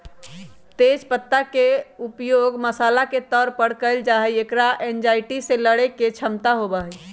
तेज पत्ता के उपयोग मसाला के तौर पर कइल जाहई, एकरा एंजायटी से लडड़े के क्षमता होबा हई